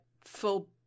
full